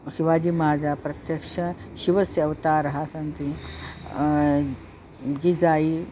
शिवाजीराजा प्रत्यक्ष शिवस्य अवतारः सन्ति जिजाई